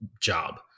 job